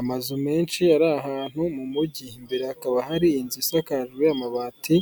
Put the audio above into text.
Amazu menshi ari ahantu mu mujyi imbere hakaba hari inzu isakajwe amabati